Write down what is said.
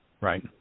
Right